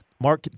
Mark